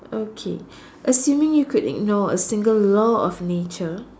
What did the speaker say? okay assuming you could ignore a single law of nature